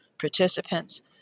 participants